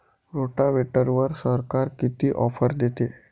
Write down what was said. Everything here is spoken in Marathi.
रोटावेटरवर सरकार किती ऑफर देतं?